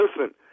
listen